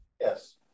Yes